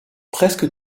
presque